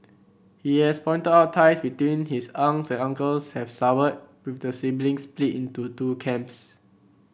he also pointed out ties between his aunts and uncles have soured with the siblings split into two camps